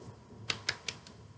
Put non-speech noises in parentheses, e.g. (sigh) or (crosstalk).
(noise)